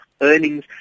earnings